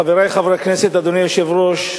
חברי חברי הכנסת, אדוני היושב-ראש,